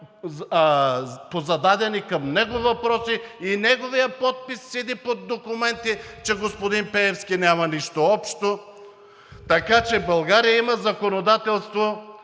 по зададени към него въпроси и неговият подпис седи под документи, че господин Пеевски няма нищо общо. Така че България има законодателство,